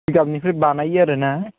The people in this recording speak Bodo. जिगाबनिफ्राय बानायो आरो ना